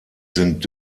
sind